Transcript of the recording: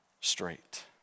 straight